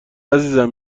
عزیزم